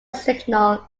signal